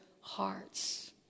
hearts